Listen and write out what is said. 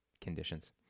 conditions